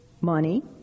money